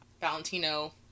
Valentino